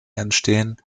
entstehen